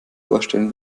vorstellen